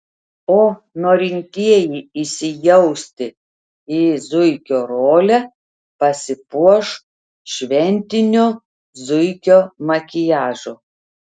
o norintieji įsijausti į zuikio rolę pasipuoš šventiniu zuikio makiažu